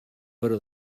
però